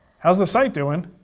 how's the site doing?